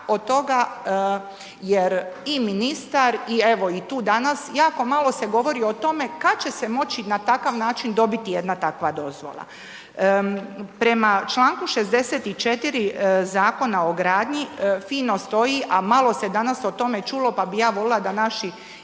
jer i ministar i evo, tu danas jako malo se govori o tome kad će se moći na takav način dobiti jedna takva dozvola. Prema čl. 64. Zakona o gradnji fino stoji, a malo se danas o tome čulo, pa bih ja voljela da naši